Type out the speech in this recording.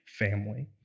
family